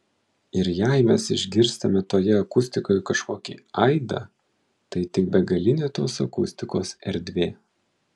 ir jei mes išgirstame toje akustikoje kažkokį aidą tai tik begalinė tos akustikos erdvė